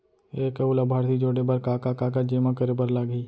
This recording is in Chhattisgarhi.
एक अऊ लाभार्थी जोड़े बर का का कागज जेमा करे बर लागही?